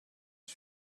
the